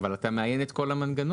אבל אתה מאיין את כל המנגנון.